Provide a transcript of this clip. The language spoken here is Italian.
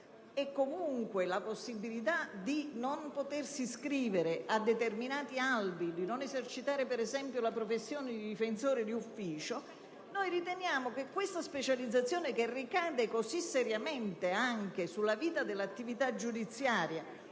e comunque la possibilità di non potersi iscrivere a determinati albi e di non esercitare, per esempio, l'attività di difensore d'ufficio, questa specializzazione - che ricade così seriamente anche sulla vita dell'attività giudiziaria,